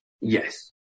Yes